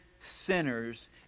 sinners